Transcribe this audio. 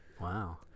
wow